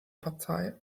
partei